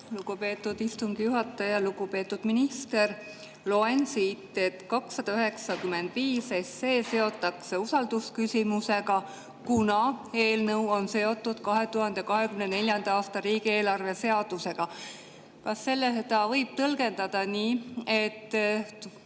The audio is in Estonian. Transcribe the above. lugupeetud istungi juhataja! Lugupeetud minister! Loen siit, et 295 SE seotakse usaldusküsimusega, kuna eelnõu on seotud 2024. aasta riigieelarve seadusega. Kas seda võib tõlgendada nii, et